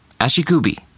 ashikubi